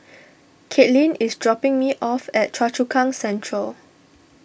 Katelin is dropping me off at Choa Chu Kang Central